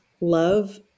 love